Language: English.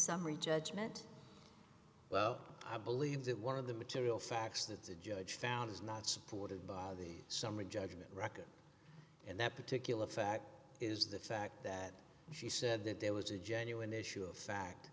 summary judgment well i believe that one of the material facts that the judge found is not supported by the summary judgment record and that particular fact is the fact that she said that there was a genuine issue of fact